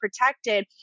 protected